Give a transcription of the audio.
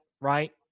right